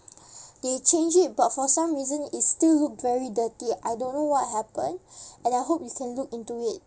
they change it but for some reason it still look very dirty I don't know what happen and I hope you can look into it